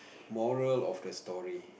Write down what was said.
moral of the story